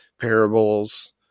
parables